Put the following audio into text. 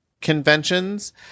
conventions